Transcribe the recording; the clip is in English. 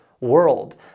world